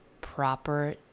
proper